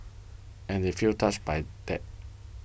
and they feel touched by that